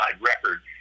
record